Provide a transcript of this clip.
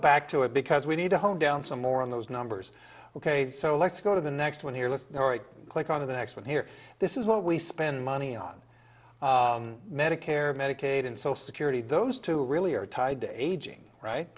back to it because we need to hone down some more on those numbers ok so let's go to the next one here let's click on to the next one here this is where we spend money on medicare medicaid and social security those two really are tied to aging right